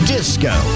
Disco